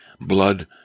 blood